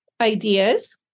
ideas